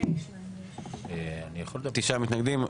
תשעה מתנגדים.